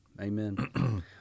amen